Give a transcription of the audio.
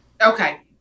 Okay